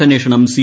അന്വേഷണം സി